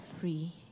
free